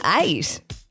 eight